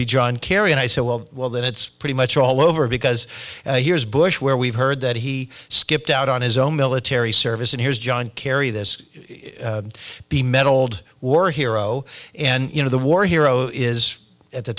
be john kerry and i said well well then it's pretty much all over because here's bush where we've heard that he skipped out on his own military service and here's john kerry this be medalled war hero and you know the war hero is at the